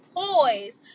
poise